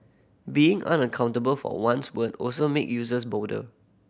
being unaccountable for one's word also make users bolder